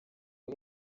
aho